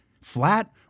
flat